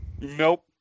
Nope